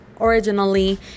originally